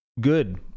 good